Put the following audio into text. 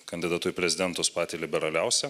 kandidatu į prezidentus patį liberaliausią